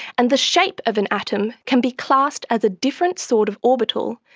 and the shape of an atom can be classed as a different sort of orbital,